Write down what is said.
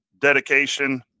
dedication